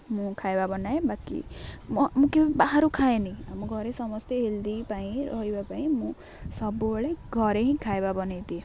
ମୁଁ ଖାଇବା ବନାଏ ବାକି ମୁଁ କେବେ ବାହାରୁ ଖାଏନି ଆମ ଘରେ ସମସ୍ତେ ହେଲ୍ଦି ପାଇଁ ରହିବା ପାଇଁ ମୁଁ ସବୁବେଳେ ଘରେ ହିଁ ଖାଇବା ବନାଇ ଦିଏ